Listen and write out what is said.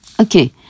Okay